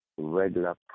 regular